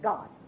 God